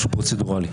משהו פרוצדורלי.